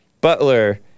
Butler